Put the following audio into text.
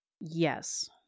Yes